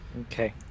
Okay